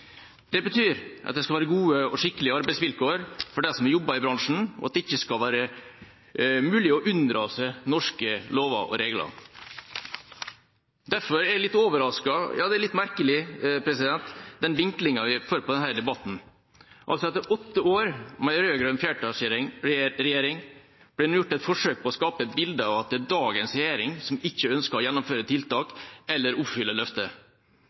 Det betyr at det skal være gode og skikkelige arbeidsvilkår for dem som jobber i bransjen, og at det ikke skal være mulig å unndra seg norske lover og regler. Derfor er jeg litt overrasket over den litt merkelige vinklinga vi har fått på denne debatten. Etter åtte år med en rød-grønn flertallsregjering blir det gjort et forsøk på å skape et bilde av at det er dagens regjering som ikke ønsker å gjennomføre tiltak eller oppfylle